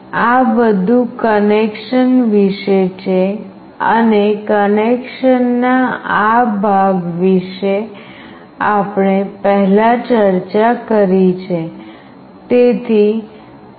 આ બધું કનેક્શન વિશે છે અને કનેક્શનના આ ભાગ વિશે આપણે પહેલા ચર્ચા કરી છે